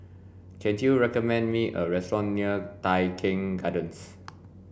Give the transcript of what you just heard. can you recommend me a restaurant near Tai Keng Gardens